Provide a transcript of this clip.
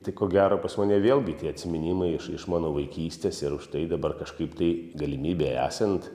tai ko gero pas mane vėlgi tie atsiminimai iš mano vaikystės ir užtai dabar kažkaip tai galimybei esant